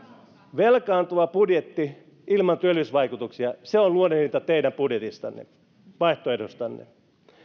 velkaantuva budjetti ilman työllisyysvaikutuksia se on luonnehdinta teidän budjetistanne vaihtoehdostanne